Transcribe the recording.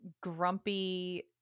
grumpy